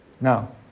Now